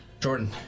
Jordan